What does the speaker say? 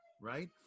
right